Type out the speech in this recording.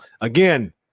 again